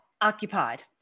occupied